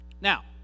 Now